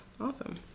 awesome